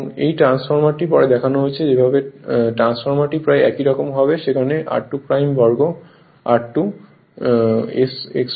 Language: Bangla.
এই ট্রান্সফরমেশনটি পরে দেখানো হয়েছে যেভাবে ট্রান্সফরমারটি প্রায় একই রকম হবে সেখানে r2 বর্গ r2 s X 2 হবে